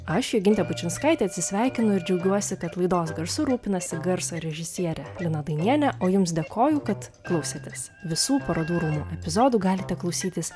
aš jogintė bučinskaitė atsisveikinu ir džiaugiuosi kad laidos garsu rūpinasi garso režisierė lina dainienė o jums dėkoju kad klausėtės visų parodų rūmų epizodų galite klausytis